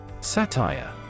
Satire